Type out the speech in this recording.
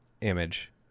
image